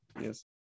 Yes